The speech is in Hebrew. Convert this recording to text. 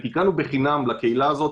תיקנו בחינם לקהילה הזאת.